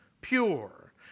pure